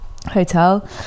hotel